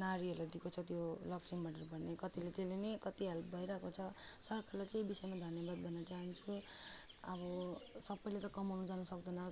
नारीहरूलाई दिएको छ त्यो लक्ष्मी भण्डार भन्ने कतिले त्यसले नै कति हेल्प भइरहेको छ सरकारलाई चाहिँ यो विषयमा धन्यवाद भन्न चाहन्छु अब सबैले त कमाउनु जानु सक्दैन